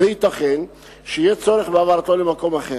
וייתכן שיהיה צורך בהעברתו למקום אחר.